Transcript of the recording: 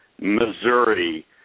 missouri